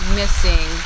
missing